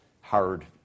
hard